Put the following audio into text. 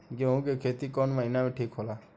गेहूं के खेती कौन महीना में ठीक होला?